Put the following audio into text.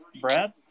Brad